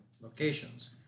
locations